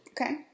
Okay